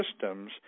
systems